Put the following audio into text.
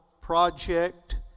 Project